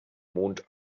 mond